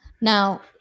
Now